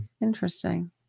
Interesting